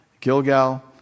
Gilgal